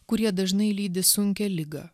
kurie dažnai lydi sunkią ligą